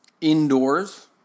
indoors